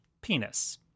penis